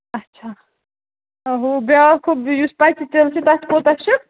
اَچھا ہُو بیٛاکھ ہُو یُس پَچہِ تِلہٕ چھُ تَتھ کوتاہ چھُ